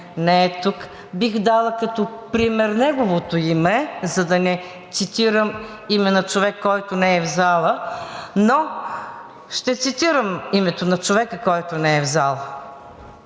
не е тук – бих дала като пример неговото име, за да не цитирам име на човек, който не е в зала, но ще цитирам името на човека, който не е в зала.